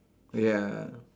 ya